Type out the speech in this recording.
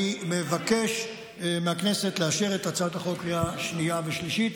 אני מבקש מהכנסת לאשר את הצעת החוק בקריאה שנייה ושלישית,